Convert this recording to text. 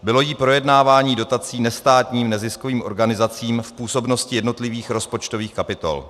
Bylo jí projednávání dotací nestátním neziskovým organizacím v působnosti jednotlivých rozpočtových kapitol.